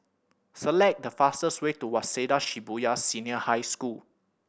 select the fastest way to Waseda Shibuya Senior High School